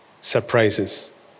surprises